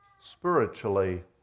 spiritually